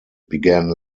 began